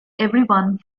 everyone